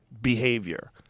behavior